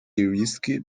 heuristic